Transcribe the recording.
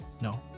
no